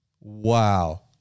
Wow